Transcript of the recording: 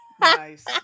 Nice